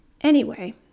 Anyway